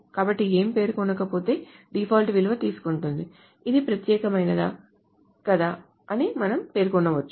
కాబట్టి ఏమీ పేర్కొనకపోతే డిఫాల్ట్ విలువ తీసుకుంటుంది ఇది ప్రత్యేకమైనదా కాదా అని మనం పేర్కొనవచ్చు